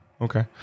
Okay